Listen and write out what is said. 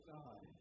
God